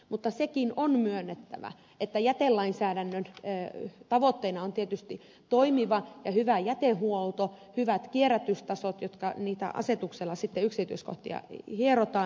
mutta sekin on myönnettävä että jätelainsäädännön tavoitteena on tietysti toimiva ja hyvä jätehuolto hyvät kierrätystasot ja asetuksella sitten niitä yksityiskohtia hierotaan